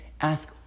Ask